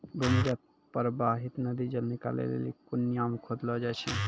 भूमीगत परबाहित नदी जल निकालै लेलि कुण्यां खोदलो जाय छै